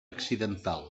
accidental